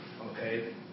Okay